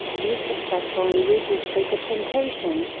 you successfully resisted the temptation,